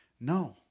No